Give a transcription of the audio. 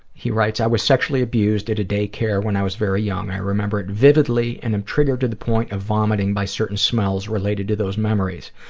he writes, i was sexually abused at a daycare when i was very young. i remember it vividly and am triggered by the point of vomiting by certain smells related to those memories.